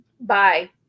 Bye